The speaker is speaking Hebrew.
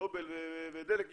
נובל ודלק יורד.